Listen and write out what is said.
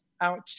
out